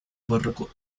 barroco